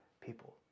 People